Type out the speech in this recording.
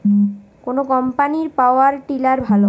কোন কম্পানির power tiller ভালো?